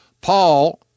paul